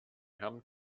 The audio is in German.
herrn